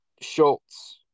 Schultz